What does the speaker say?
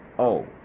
oh,